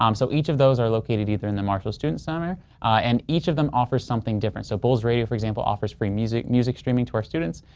um so, each of those are located either in the marshall student center and each of them offers something different so bulls radio for example offers free music music streaming to our students.